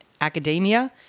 academia